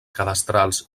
cadastrals